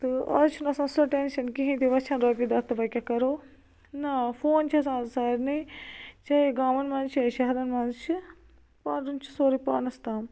تہٕ آز چھُنہٕ آسان سُہ ٹٮ۪نشن کِہیٖنۍ تہِ وۄنۍ چھَنہٕ رۄپیہِ دَہ تہٕ وَۄنۍ کیٛاہ کَرو نَہ فون چھُ آسان آز سٲرنٕے چاہے گامن منٛز چھِ یا شہرن منٛز چھِ پَرُن چھُ سورُے پانس تام